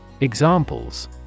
Examples